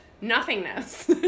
nothingness